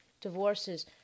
Divorces